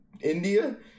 India